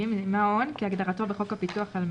"מעון" כהגדרתו בחוק הפיקוח על מעונות,